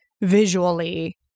visually